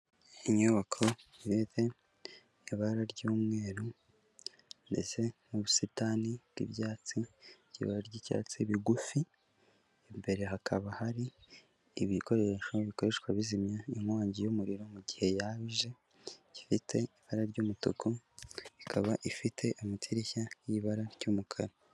Inyubako ifite ibara ry'umweru ndetse n'ubusitani bw'ibyatsi, by'ibara ry'icyatsi bigufi, imbere hakaba hari ibikoresho bikoreshwa bizimya inkongi y'umuriro mu gihe yaba ije, gifite ibara ry'umutuku, ikaba ifite amadirishya y'ibara ry'umukara.